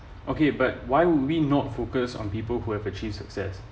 okay but why we not focus on people who have achieved success